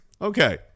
Okay